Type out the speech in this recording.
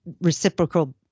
reciprocal